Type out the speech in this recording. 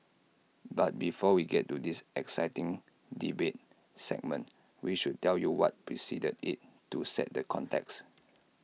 but before we get to this exciting debate segment we should tell you what preceded IT to set the context